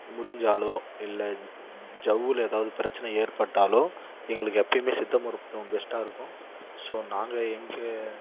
முறிஞ்சாலோ இல்லை ஜவ்வில் ஏதாவுது பிரச்சனை ஏற்பட்டாலோ எங்களுக்கு எப்போயுமே சித்த மருத்துவம் பெஸ்ட்டாக இருக்கும் ஸோ நாங்கள் எங்கள்